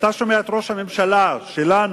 כשאתה שומע את ראש הממשלה שלנו,